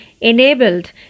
enabled